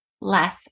less